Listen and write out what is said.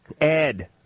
Ed